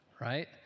right